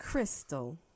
Crystal